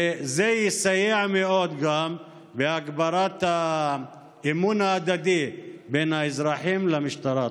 וזה יסייע מאוד גם בהגברת האמון ההדדי בין האזרחים למשטרה.